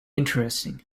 interesting